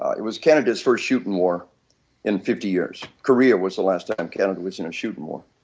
um it was canada's first shooting war in fifty years. korea was the last and canada was in a shooting war.